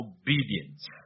obedience